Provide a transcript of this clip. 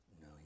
no